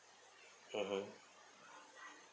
mmhmm